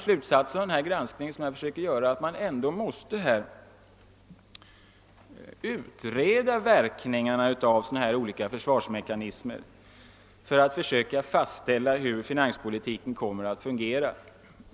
Slutsatsen av den granskning jag har försökt göra är alltså att man måste utreda verkningarna av olika försvarsmekanismer för att försöka fastställa hur finanspolitiken kommer att fungera.